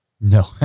No